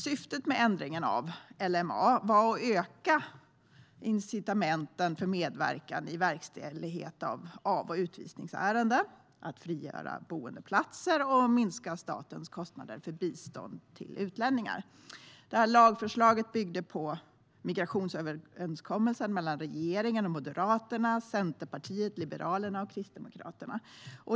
Syftet med ändringen av LMA var att öka incitamenten för medverkan i verkställighet av av och utvisningsärenden, frigöra boendeplatser och minska statens kostnader för bistånd till utlänningar. Lagförslaget byggde på migrationsöverenskommelsen mellan regeringen och Moderaterna, Centerpartiet, Liberalerna och Kristdemokraterna.